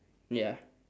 ya